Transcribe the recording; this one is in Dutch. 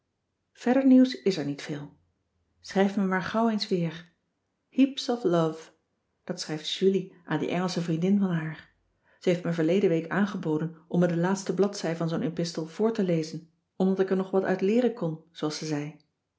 verder nieuws is er niet veel schrijf me maar gauw eens weer heaps of love dat schrijft julie aan die engelsche vriendin van haar ze heeft me verleden week aangeboden om me de laatste bladzij van zoo'n epistel voor te lezen omdat ik er nog wat uit leeren kon zooals ze zei